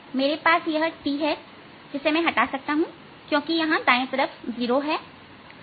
मेरे पास यह T है जिसे मैं हटा सकता हूं क्योंकि यहां दाएं तरफ जीरो है